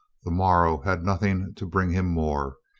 the morrow had nothing to bring him more.